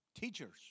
teachers